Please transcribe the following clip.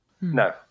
No